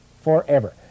forever